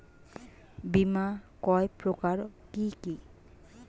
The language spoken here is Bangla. বীমা কয় প্রকার কি কি?